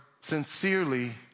sincerely